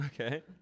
Okay